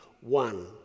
one